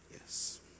Yes